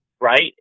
right